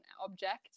object